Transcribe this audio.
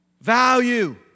value